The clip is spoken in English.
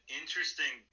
interesting